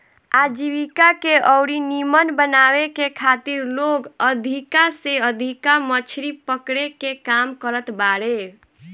आजीविका के अउरी नीमन बनावे के खातिर लोग अधिका से अधिका मछरी पकड़े के काम करत बारे